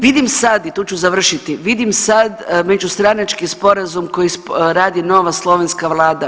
Vidim sad i tu ću završiti, vidim sad međustranački sporazum koji radi nova slovenska vlada.